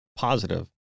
positive